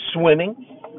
swimming